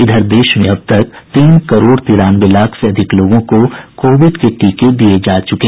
इधर देश में अब तक तीन करोड़ तिरानवे लाख से अधिक लोगों को कोविड के टीके दिये जा चुके हैं